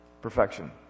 perfection